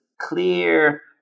clear